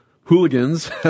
hooligans